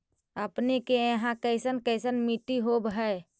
अपने के यहाँ कैसन कैसन मिट्टी होब है?